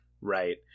Right